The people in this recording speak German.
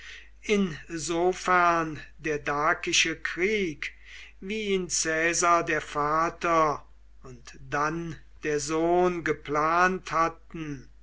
insofern der dakische krieg wie ihn caesar der vater und dann der sohn geplant hatten